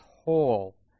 whole